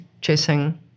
chasing